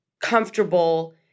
comfortable